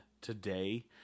today